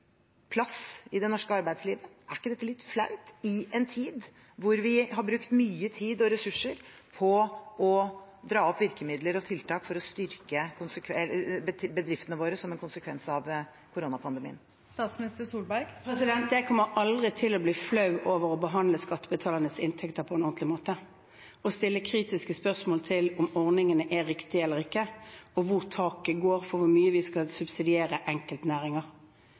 plass i det norske arbeidslivet? Er ikke dette litt flaut i en tid da vi har brukt mye tid og ressurser på å dra opp virkemidler og tiltak for å styrke bedriftene våre som en konsekvens av koronapandemien? Jeg kommer aldri til å bli flau over å behandle skattebetalernes inntekter på en ordentlig måte, å stille kritiske spørsmål til om ordningene er riktige eller ikke, om hvor taket går for hvor mye vi skal subsidiere enkeltnæringer.